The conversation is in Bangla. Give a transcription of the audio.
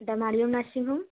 এটা মারিয়ম নার্সিং হোম